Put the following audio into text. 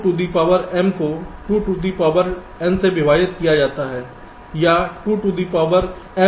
2 to the को पावर m को 2 टू दी पावर n से विभाजित किया जाता है या 2 to the power m minus n